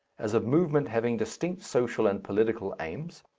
as a movement having distinct social and political aims,